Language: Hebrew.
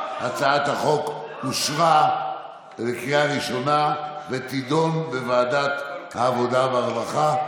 הצעת החוק אושרה בקריאה ראשונה ותידון בוועדת העבודה והרווחה.